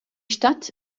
stadt